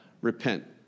repent